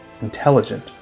intelligent